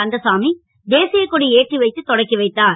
கந்தசாமி தேசிய கொடி ஏற்றி வைத்து தொடக்கி வைத்தார்